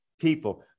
people